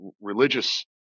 religious